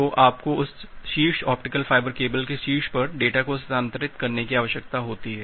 तो आपको उस शीर्ष ऑप्टिकल फाइबर केबल के शीर्ष पर डेटा को स्थानांतरित करने की आवश्यकता है